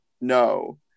No